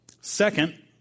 Second